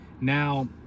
Now